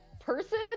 person